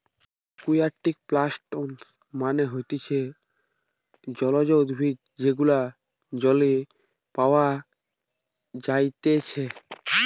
একুয়াটিকে প্লান্টস মানে হতিছে জলজ উদ্ভিদ যেগুলো জলে পাওয়া যাইতেছে